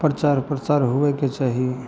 प्रचार प्रसार हुअके चाही